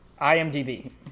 IMDB